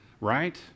right